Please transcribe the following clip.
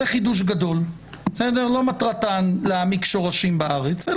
זה חידוש גדול, לא מטרתן להעמיק שורשים בארץ.